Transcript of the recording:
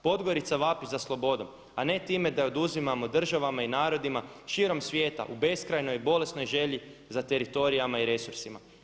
Podgorica vapi za slobodom, a ne time da oduzimamo državama i narodima širom svijeta u beskrajnoj bolesnoj želji za teritorijama i resursima.